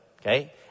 Okay